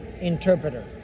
interpreter